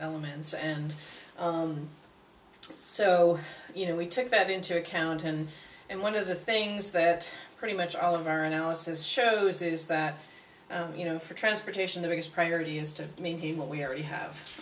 elements and so you know we take that into account and and one of the things that pretty much all of our analysis shows is that you know for transportation the biggest priority is to maintain what we already have